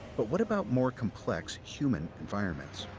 but what about more complex, human environments?